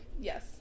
Yes